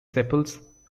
sepals